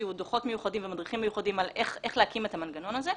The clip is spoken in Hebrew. שהוציאו דוחות מיוחדים ומדריכים מיוחדים על איך להקים את המנגנון הזה.